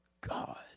God